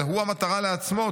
אלא הוא מטרה לעצמו,